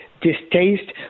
distaste